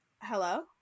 Hello